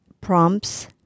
prompts